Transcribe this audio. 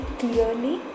clearly